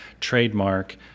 trademark